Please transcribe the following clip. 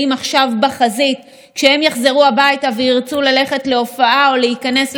הנשק הביתה מחשש שמא הוא יצטרך להגן על